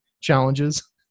challenges